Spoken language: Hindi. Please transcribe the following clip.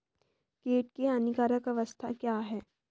कीट की हानिकारक अवस्था क्या है?